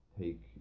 take